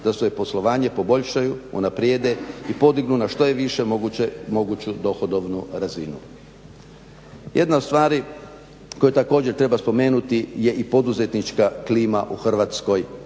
da se poslovanje poboljšaju, unaprijede i podignu na što je više moguću dohodovnu razinu. Jedna od stvari koje također treba spomenuti je i poduzetnička klima u Hrvatskoj,